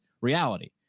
reality